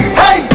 hey